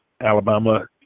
Alabama